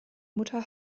mutter